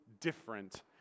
different